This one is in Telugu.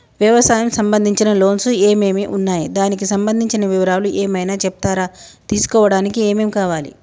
వ్యవసాయం సంబంధించిన లోన్స్ ఏమేమి ఉన్నాయి దానికి సంబంధించిన వివరాలు ఏమైనా చెప్తారా తీసుకోవడానికి ఏమేం కావాలి?